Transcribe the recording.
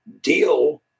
deal